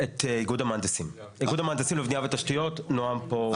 את איגוד המהנדסים לבניה ותשתיות, נועם פה.